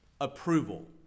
approval